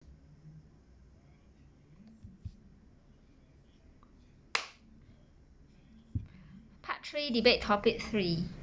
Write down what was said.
part three debate topic three